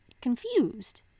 confused